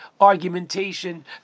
argumentation